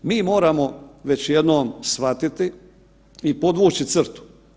Mi moramo već jednom shvatiti i podvući crtu.